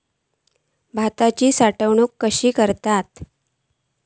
भाताची साठवूनक कशी करतत?